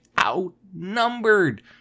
outnumbered